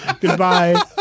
Goodbye